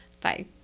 Bye